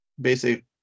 basic